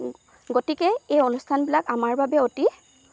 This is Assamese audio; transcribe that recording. গতিকে এই অনুষ্ঠানবিলাক আমাৰ বাবে অতি